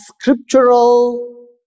scriptural